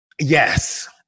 yes